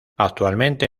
actualmente